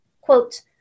Quote